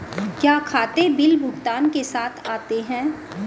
क्या खाते बिल भुगतान के साथ आते हैं?